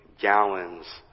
gallons